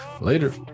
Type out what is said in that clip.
Later